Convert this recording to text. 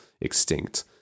extinct